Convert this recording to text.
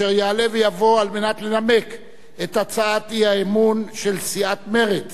אשר יעלה ויבוא לנמק את הצעת האי-אמון של סיעת מרצ